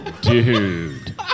dude